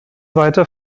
weiter